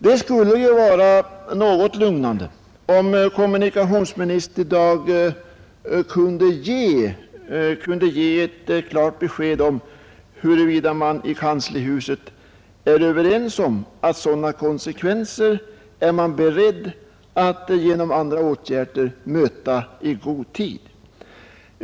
Det skulle vara lugnande om kommunikationsministern i dag kunde ge ett klart besked om huruvida man i kanslihuset är beredd att i god tid möta sådana konsekvenser genom andra åtgärder.